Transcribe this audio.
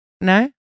No